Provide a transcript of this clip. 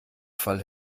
fall